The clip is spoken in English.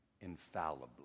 infallibly